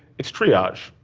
it's triage.